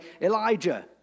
Elijah